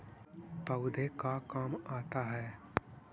पौधे का काम आता है?